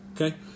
okay